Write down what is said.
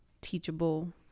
teachable